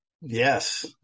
Yes